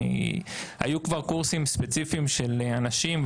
היו כבר קורסים ספציפיים של אנשים,